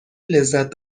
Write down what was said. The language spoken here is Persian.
لذت